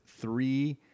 three